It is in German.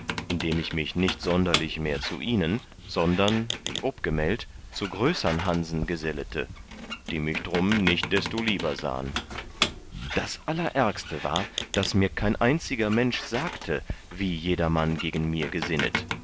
indem ich mich nicht sonderlich mehr zu ihnen sondern wie obgemeldt zu größern hansen gesellete die mich drum nicht desto lieber sahen das allerärgste war daß mir kein einziger mensch sagte wie jedermann gegen mir gesinnet